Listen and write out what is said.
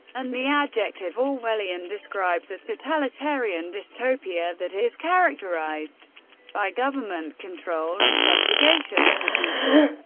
and the adjective orwellian describes a totalitarian dystopia that is characterised by government control and subjugation of the people.